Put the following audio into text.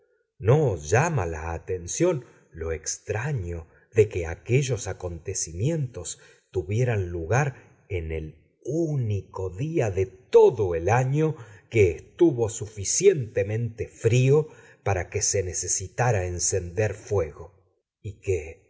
no os llama la atención lo extraño de que aquellos acontecimientos tuvieran lugar en el único día de todo el año que estuvo suficientemente frío para que se necesitara encender fuego y que